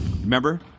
remember